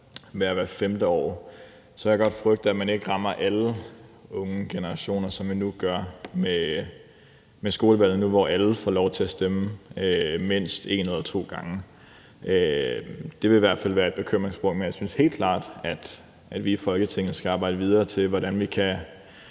være hvert femte år, og så kan jeg godt frygte, at man ikke rammer alle unge generationer, som man nu gør med skolevalget nu, hvor alle får lov til at stemme mindst en eller to gange. Det vil i hvert fald være en bekymring. Men jeg synes helt klart, at vi i Folketinget skal arbejde videre med, hvordan vi kan